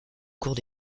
cours